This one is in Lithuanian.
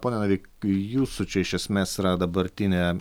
pone navy jūsų čia iš esmės yra dabartinė